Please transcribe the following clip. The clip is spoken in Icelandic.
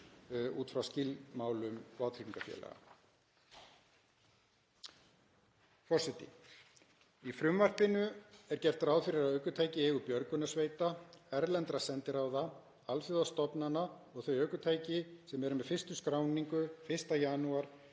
út frá skilmálum vátryggingafélaga.